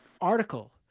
article